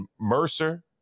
Mercer